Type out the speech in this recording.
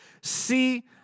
See